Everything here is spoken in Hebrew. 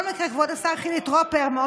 להחיל את המנגנון הפריטטי המסואב,